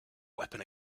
weapon